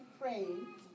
praying